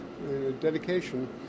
dedication